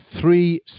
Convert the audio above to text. three